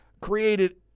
created